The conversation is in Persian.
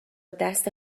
دست